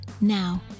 now